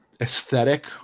aesthetic